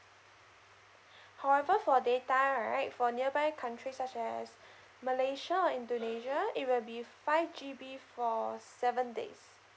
however for data right for nearby country such as malaysia or indonesia it will be five G_B for seven days